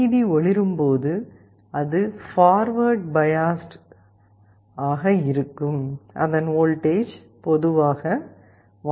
D ஒளிரும் போது அது பார்வேர்ட் பயாஸ்டு அதன் வோல்டேஜ் பொதுவாக 1